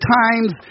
times